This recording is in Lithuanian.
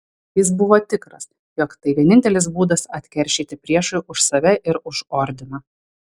jis buvo tikras jog tai vienintelis būdas atkeršyti priešui už save ir už ordiną